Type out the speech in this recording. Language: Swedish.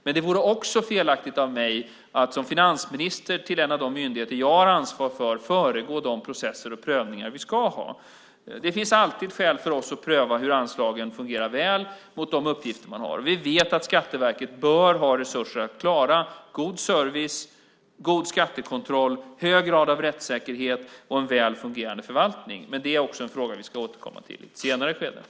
Likaså vore det felaktigt av mig att som finansminister föregå de processer och prövningar vi ska ha vad gäller en av de myndigheter jag har ansvar för. Det finns alltid skäl för oss att pröva om anslagen fungerar väl i förhållande till de uppgifter man har. Vi vet att Skatteverket bör ha resurser att klara god service, god skattekontroll, hög grad av rättssäkerhet och en väl fungerande förvaltning. Det är emellertid en fråga som vi ska återkomma till i ett senare skede.